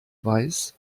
weiß